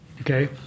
Okay